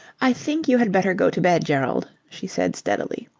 i think you had better go to bed, gerald, she said steadily.